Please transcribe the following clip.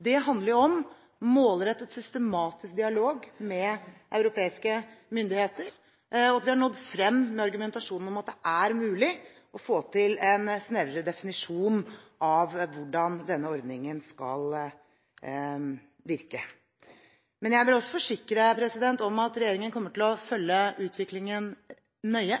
Det handler om målrettet og systematisk dialog med europeiske myndigheter, og at vi har nådd frem med argumentasjonen om at det er mulig å få til en snevrere definisjon av hvordan denne ordningen skal virke. Men jeg vil også forsikre om at regjeringen kommer til å følge utviklingen nøye.